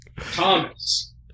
Thomas